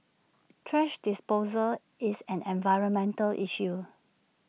thrash disposal is an environmental issue